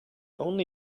only